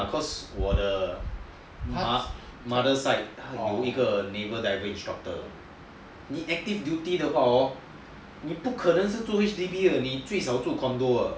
cause 我的 mother side 有一个 navy diving instructor 你 active duty 的话 hor 你不可能住 H_D_B 的你至少住 condo